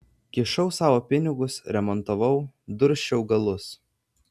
kišau savo pinigus remontavau dursčiau galus